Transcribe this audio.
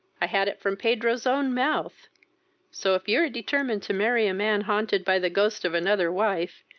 i had it from pedro's own mouth so, if you are determined to marry a man haunted by the ghost of another wife,